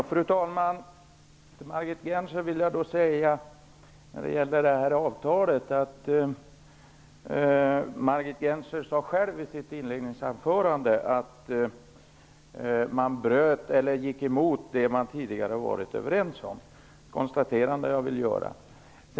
Fru talman! Margit Gennser säger själv i sitt anförande att man går emot det man tidigare varit överens om. Det konstaterandet vill jag göra.